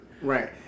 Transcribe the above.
right